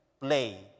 play